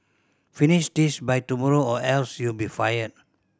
finish this by tomorrow or else you'll be fired